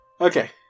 Okay